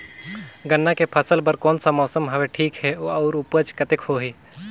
गन्ना के फसल बर कोन सा मौसम हवे ठीक हे अउर ऊपज कतेक होही?